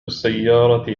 السيارة